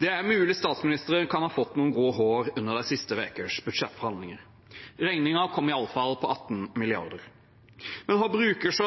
Det er mulig statsministeren kan ha fått noen grå hår under de siste ukers budsjettforhandlinger. Regningen kom i alle fall på 18 mrd. kr. Hva bruker